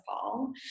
fall